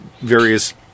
various